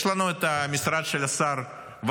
יש לנו את המשרד של השר וסרלאוף,